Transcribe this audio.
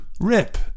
Rip